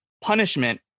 punishment